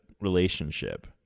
relationship